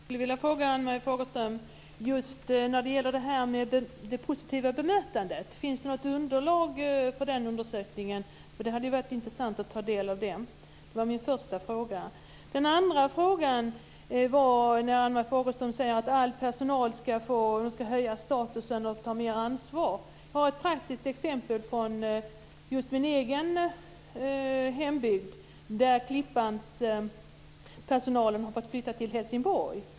Fru talman! Jag skulle vilja ställa några frågor till Ann-Marie Fagerström. Finns det något underlag från undersökningen av det positiva bemötandet? Det hade varit intressant att ta del av det. Det var min första fråga. Ann-Marie Fagerström säger att man ska höja statusen för personalen och ge dem mer ansvar. Jag har ett praktiskt exempel från min egen hembygd. Personalen i Klippan har fått flytta till Helsingborg.